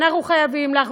אנחנו חייבים לך,